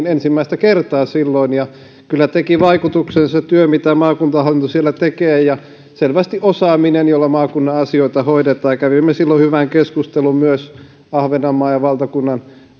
ensimmäistä kertaa silloin kyllä teki vaikutuksen se työ mitä maakuntahallinto siellä tekee ja selvästi se osaaminen jolla maakunnan asioita hoidetaan kävimme silloin hyvän keskustelun myös ahvenanmaan ja valtakunnan